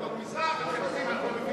עדות מזרח, מה שאתם עושים, אנחנו מבינים.